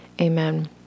Amen